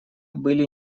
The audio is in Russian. были